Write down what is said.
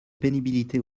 pénibilité